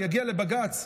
יגיע לבג"ץ.